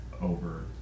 over